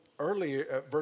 earlier